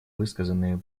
высказанные